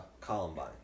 Columbine